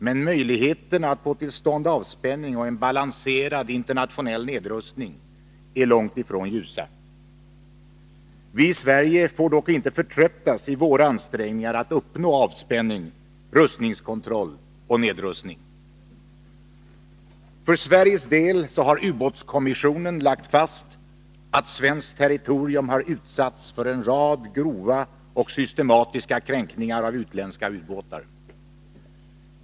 Men möjligheterna att få till stånd avspänning och en balanserad internationell nedrustning är långt ifrån ljusa. Vi i Sverige får dock inte förtröttas i våra ansträngningar att uppnå avspänning, rustningskontroll och nedrustning. För Sveriges del har ubåtskommissionen lagt fast att svenskt territorium har utsatts för en rad grova och systematiska kränkningar av utländska ubåtar.